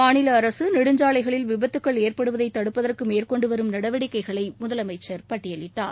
மாநில அரசு நெடுஞ்சாலைகளில் விபத்துக்கள் ஏற்படுவதை தடுப்பதற்கு மேற்கொண்டு வரும் நடவடிக்கைகளை முதலமைச்சர் பட்டியலிட்டார்